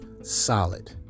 Solid